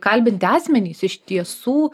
kalbinti asmenys iš tiesų